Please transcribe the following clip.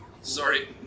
Sorry